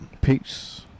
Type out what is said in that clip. Peace